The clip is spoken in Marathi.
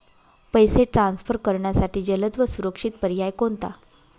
पैसे ट्रान्सफर करण्यासाठी जलद व सुरक्षित पर्याय कोणता?